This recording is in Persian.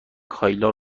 کایلا